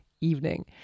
evening